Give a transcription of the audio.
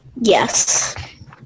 yes